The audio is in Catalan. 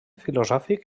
filosòfic